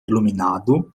iluminado